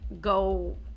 go